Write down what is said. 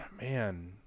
Man